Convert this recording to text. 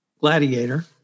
gladiator